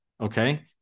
okay